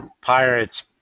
Pirates